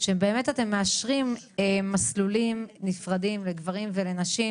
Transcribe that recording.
שבאמת אתם מאשרים מסלולים נפרדים לגברים ולנשים,